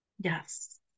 Yes